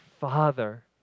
Father